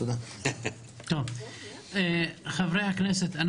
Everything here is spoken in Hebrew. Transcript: חברי הכנסת,